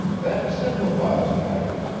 that simplifies matters,